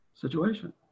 situation